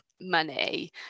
money